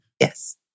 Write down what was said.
Yes